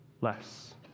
less